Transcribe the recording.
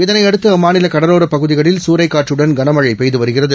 இதனையடுத்து அம்மாநில கடலோரப் பகுதிகளில் சூறைக்காற்றுடன் கனமழை பெய்து வருகிறது